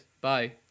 bye